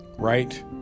right